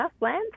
land